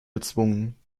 gezwungen